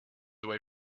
away